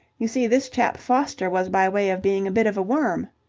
you see, this chap foster was by way of being a bit of a worm.